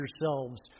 yourselves